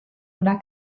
una